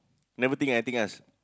never think anything else